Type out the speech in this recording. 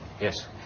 Yes